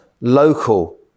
local